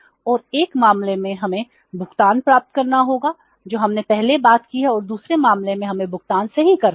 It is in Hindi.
और 1 मामले में हमें भुगतान प्राप्त करना होगा जो हमने पहले बात की है और दूसरे मामले में हमें भुगतान सही करना है